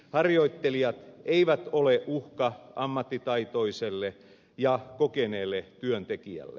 harjoittelijat eivät ole uhka ammattitaitoiselle ja kokeneelle työntekijälle